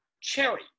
Cherry